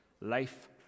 Life